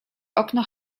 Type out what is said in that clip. okno